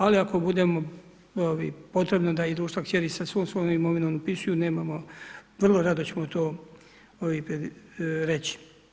Ali, ako budemo potrebno da i društva kćeri sa svom svojom imovinom upisuju, nemamo, vrlo rado ćemo to reći.